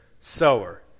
sower